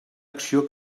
acció